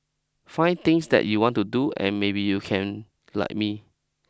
find things that you want to do and maybe you can like me